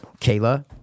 Kayla